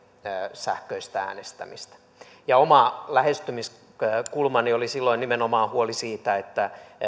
sähköistä äänestämistä oma lähestymiskulmani oli silloin nimenomaan huoli siitä että